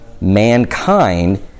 mankind